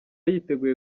yiteguye